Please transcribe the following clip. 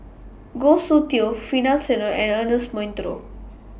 Goh Soon Tioe Finlayson and Ernest Monteiro